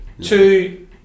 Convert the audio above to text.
Two